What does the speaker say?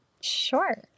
Sure